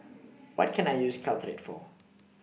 What Can I use Caltrate For